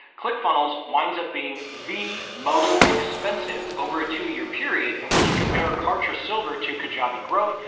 click funnels, winds up being the most expensive over a two-year period. and when you compare kartra silver to kajabi growth,